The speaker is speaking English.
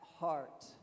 heart